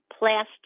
plastic